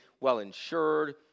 well-insured